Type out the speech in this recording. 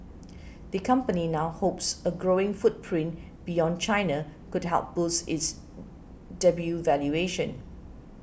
the company now hopes a growing footprint beyond China could help boost its debut valuation